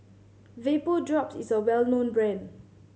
Vapodrops is a well known brand